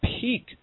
peak